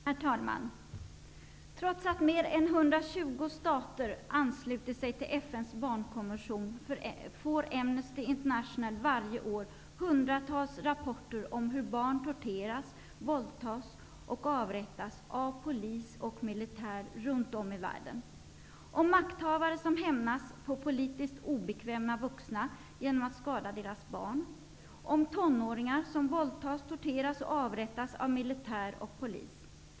Herr talman! Trots att mer än 120 stater anslutit sig till FN:s barnkonvention får Amnesty International varje år hundratals rapporter om hur barn torteras, våldtas och avrättas av polis och militär runt om i världen. Om makthavare som hämnas på politiskt obekväma vuxna genom att skada deras barn. Om tonåringar som våldtas, torteras och avrättas av militär och polis.